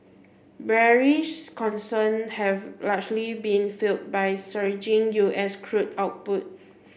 bearish concern have largely been fuelled by surging U S crude output